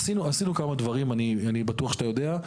עשינו כמה דברים, אני בטוח שאתה יודע.